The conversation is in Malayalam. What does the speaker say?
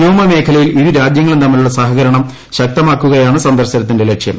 വ്യോമ മേഖലയിൽ ഇരു രാജ്യങ്ങളും തമ്മിലുള്ള സഹകരണം ശക്തമാക്കുകയാണ് സന്ദർശനത്തിന്റെ ലക്ഷ്യം